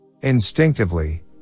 Instinctively